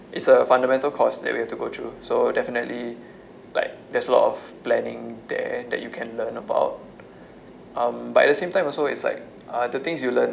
it's a fundamental course that we have to go through so definitely like there's a lot of planning there that you can learn about um but at the same time also it's like uh the things you learn